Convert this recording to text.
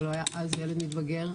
אבל הוא היה אז ילד מתבגר.